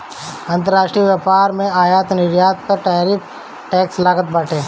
अंतरराष्ट्रीय व्यापार में आयात निर्यात पअ टैरिफ टैक्स लागत बाटे